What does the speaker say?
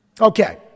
Okay